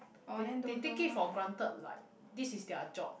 they they take it for granted like this is their job